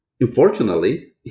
unfortunately